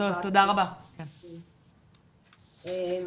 אני